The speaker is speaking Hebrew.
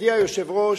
ידידי היושב-ראש,